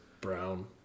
brown